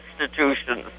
institutions